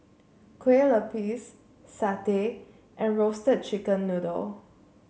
Kue Lupis satay and Roasted Chicken Noodle